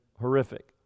horrific